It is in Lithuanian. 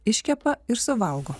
iškepa ir suvalgo